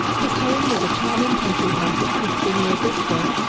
his home was a charming country house at clifton near bristol,